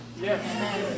Yes